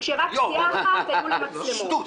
שטות.